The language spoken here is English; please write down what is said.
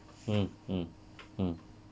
mm mm mm